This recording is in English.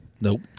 Nope